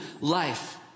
life